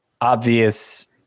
obvious